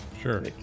Sure